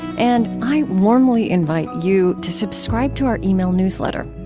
and i warmly invite you to subscribe to our email newsletter.